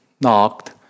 knocked